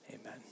amen